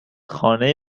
خانه